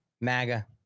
MAGA